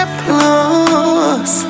plus